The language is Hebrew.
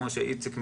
כמו שאיציק מכיר,